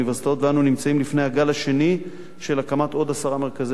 ואנו נמצאים לפני הגל השני של הקמת עוד עשרה מרכזי מצוינות,